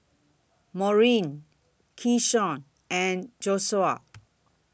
Maurine Keshawn and Joshuah